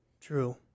True